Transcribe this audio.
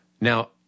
Now